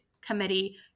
committee